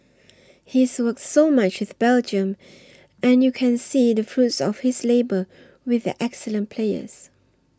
he's worked so much with Belgium and you can see the fruits of his labour with their excellent players